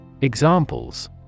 Examples